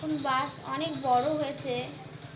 এখন বাস অনেক বড়ো হয়েছে